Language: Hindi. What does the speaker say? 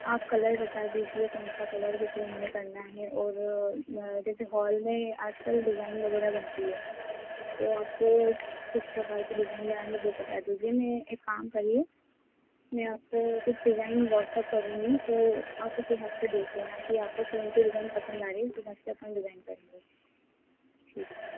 आप कलर बता दीजिए कौन सा कलर किस रूम में करना है और जैसे हॉल में आज कल डिजाइन वग़ैरह बनती है तो आपको किस प्रकार की डिजाइन बनानी है वह बता दीजिए मैं एक काम करिए मैं आपको कुछ डिजाइन व्हाट्सप करूँगी तो आप उस हिसाब से देख लेना कि आपको कौन सी डिजाइन पसंद आ रही है उस हिसाब से अपन डिजाइन करेंगे ठीक है